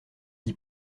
d’y